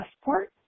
passport